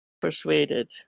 persuaded